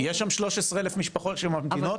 יש שם כ-13,000 משפחות שממתינות,